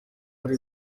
ari